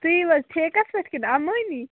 تُہۍ یِیٖوٕ حظ ٹھیکَس پٮ۪ٹھ کِنہِ اَمٲنی